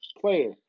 player